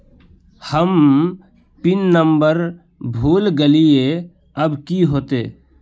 हम pin number भूल गलिऐ अब की होते?